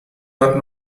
are